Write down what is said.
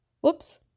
Whoops